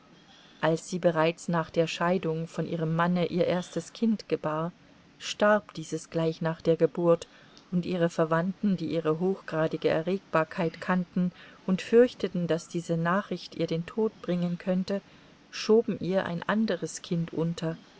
als sie bereits nach der scheidung von ihrem manne ihr erstes kind gebar starb dieses gleich nach der geburt und ihre verwandten die ihre hochgradige erregbarkeit kannten und fürchteten daß diese nachricht ihr den tod bringen könne schoben ihr ein anderes kind unter